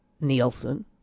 Nielsen